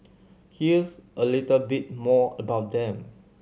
here's a little bit more about them